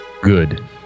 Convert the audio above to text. Good